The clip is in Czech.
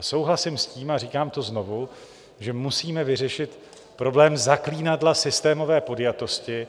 Souhlasím s tím, a říkám to znovu, že musíme vyřešit problém zaklínadla systémové podjatosti.